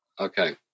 Okay